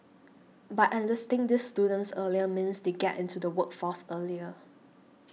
but enlisting these students earlier means they get into the workforce earlier